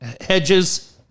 hedges